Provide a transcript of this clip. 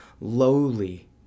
lowly